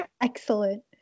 Excellent